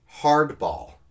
Hardball